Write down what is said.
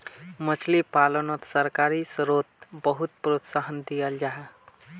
मछली पालानोत सरकारी स्त्रोत बहुत प्रोत्साहन दियाल जाहा